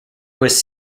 was